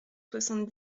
soixante